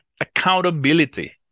accountability